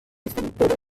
istruttore